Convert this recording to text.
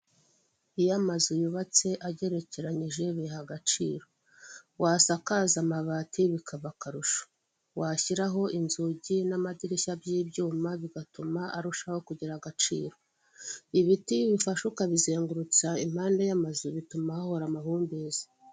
Ayo amazu yubatse agerekeranyije biyaha agaciro. Wasakaza amabati, bikaba akarusho. Washyiraho inzugi n'amadirishya by'ibyuma, bigatuma arushaho kugira agaciro. Ibiti iyo ubifashe ukabizengurutsa impande y'amazu, bituma hahora amahumbezi.